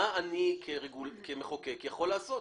מה אני כמחוקק יכול לעשות.